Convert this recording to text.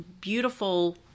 beautiful